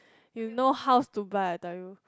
you no house to buy I tell you